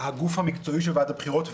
הגוף המקצועי של ועדת הבחירות,